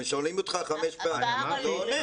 שואלים אותך חמש פעמים, אתה לא עונה.